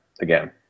again